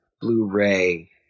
Blu-ray